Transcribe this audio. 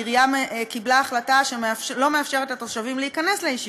העירייה קיבלה החלטה שלא מאפשרת לתושבים להיכנס לישיבות,